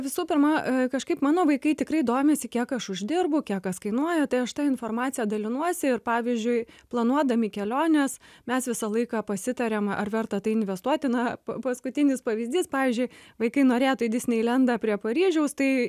visų pirma kažkaip mano vaikai tikrai domisi kiek aš uždirbu kiek kas kainuoja tai aš ta informacija dalinuosi ir pavyzdžiui planuodami keliones mes visą laiką pasitariam ar verta tai investuoti na paskutinis pavyzdys pavyzdžiui vaikai norėtų į disneilendą prie paryžiaus tai